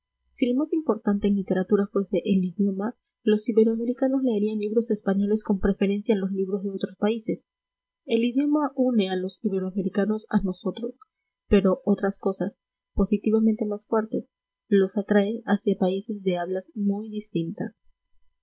si lo más importante en literatura fuese el idioma los iberoamericanos leerían libros españoles con preferencia a los libros de otros países el idioma une los iberoamericanos a nosotros pero otras cosas positivamente más fuertes los atraen hacia países de hablas muy distintas